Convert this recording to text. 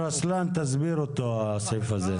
רוסאלן תסביר את הסעיף הזה.